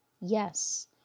Yes